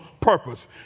purpose